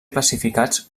classificats